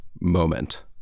moment